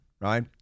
right